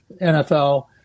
NFL